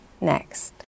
next